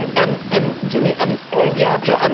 and em, em, jimmy, em, and you have to, em,